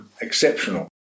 exceptional